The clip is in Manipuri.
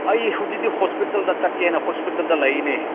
ꯑꯩ ꯍꯧꯖꯤꯛꯇꯤ ꯍꯣꯁꯄꯤꯇꯥꯜꯗ ꯆꯠꯀꯦꯅ ꯍꯣꯁꯄꯤꯇꯥꯜꯗ ꯂꯩꯌꯦꯅꯦ